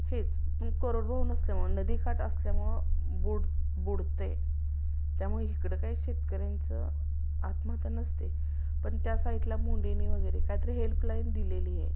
हेच पण कोरडवाहू नसल्यामुळं नदीकाठ असल्यामुळं बूड बुडते त्यामुळे इकडं काय शेतकऱ्यांचं आत्महत्या नसते पण त्या साईडला मुंडेनी वगैरे काहीतरी हेल्पलाईन दिलेली आहे